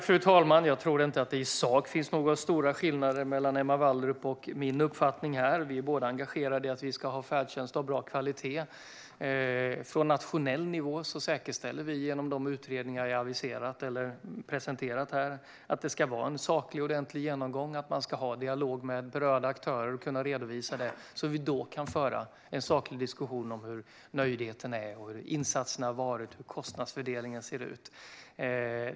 Fru talman! Jag tror inte att det i sak finns några stora skillnader mellan Emma Wallrups uppfattning och min uppfattning. Vi är båda engagerade i att vi ska ha färdtjänst av bra kvalitet. Från nationell nivå säkerställer vi, genom de utredningar jag har presenterat här, att det ska ske en saklig och ordentlig genomgång. Man ska ha en dialog med berörda aktörer och kunna redovisa det, så att vi kan föra en saklig diskussion om hur nöjdheten är, hur insatserna har varit och hur kostnadsfördelningen ser ut.